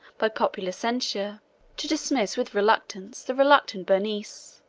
by popular censure to dismiss with reluctance the reluctant berenice.